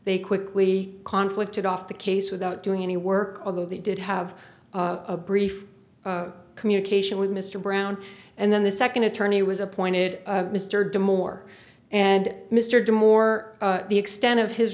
they quickly conflict off the case without doing any work although they did have a brief communication with mr brown and then the second attorney was appointed mr de moore and mr de moore the extent of his